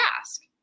ask